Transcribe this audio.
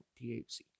THC